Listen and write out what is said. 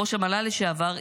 ראש המל"ל לשעבר,